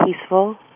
peaceful